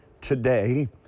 Today